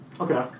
Okay